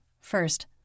First